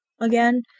again